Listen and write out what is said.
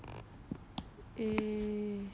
eh